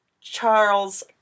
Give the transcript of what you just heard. Charles